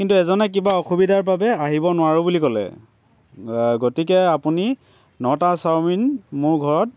কিন্তু এজনে কিন্তু সৰু অসুবিধাৰ বাবে আহিব নোৱাৰোঁ বুলি ক'লে গতিকে আপুনি নটা চাওমিন মোৰ ঘৰত